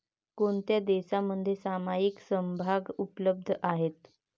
कोणत्या देशांमध्ये सामायिक समभाग उपलब्ध आहेत?